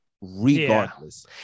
Regardless